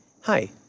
hi